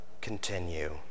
continue